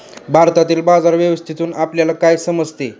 भारतातील बाजार व्यवस्थेतून आपल्याला काय समजते?